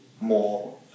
more